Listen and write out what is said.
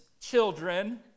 children